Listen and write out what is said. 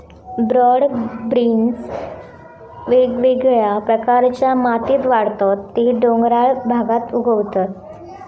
broad beans वेगवेगळ्या प्रकारच्या मातीत वाढतत ते डोंगराळ भागात उगवतत